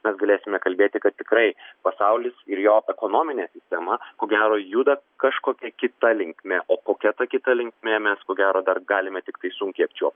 mes galėsime kalbėti kad tikrai pasaulis ir jo ekonominė sistema ko gero juda kažkokia kita linkme o kokia ta kita linkme mes ko gero dar galime tiktai sunkiai apčiuopti